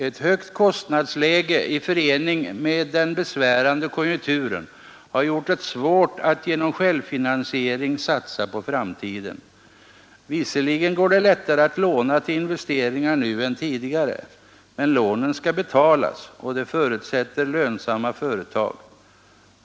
Ett högt kostnadsläge i förening med den besvärande konjunkturen har gjort det svårt att genom självfinansiering satsa på framtiden. Visserligen går det lättare att låna till investeringar nu än tidigare, men lånen skall betalas och det förutsätter lönsamma företag.